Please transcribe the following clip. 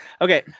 Okay